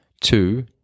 two